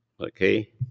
Okay